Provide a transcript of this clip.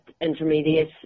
intermediate